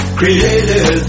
created